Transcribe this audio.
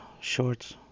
shorts